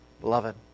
Beloved